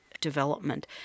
development